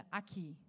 aqui